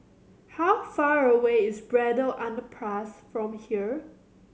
how far away is Braddell Underpass from here